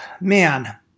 man